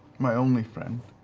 my only friend.